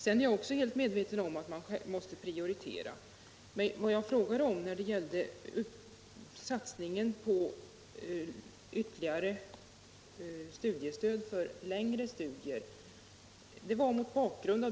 Sedan är givetvis jag också medveten om att man måste prioritera, men vad jag frågade om gällde satsningen på ytterligare studiestöd för längre studier.